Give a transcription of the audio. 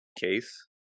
case